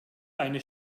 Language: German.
eine